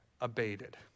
abated